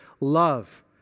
love